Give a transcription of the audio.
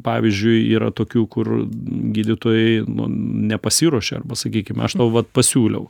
pavyzdžiui yra tokių kur gydytojai nepasiruošia arba sakykime aš tau vat pasiūliau